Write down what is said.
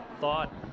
thought